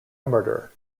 murder